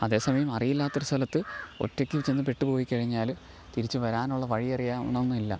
അതേ സമയം അറിയില്ലാത്തൊരു സ്ഥലത്ത് ഒറ്റക്ക് ചെന്നു പെട്ടു പോയി കഴിഞ്ഞാൽ തിരിച്ചു വരാനുള്ള വഴി അറിയണന്നില്ല